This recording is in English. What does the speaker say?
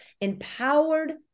Empowered